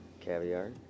Caviar